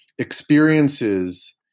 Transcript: experiences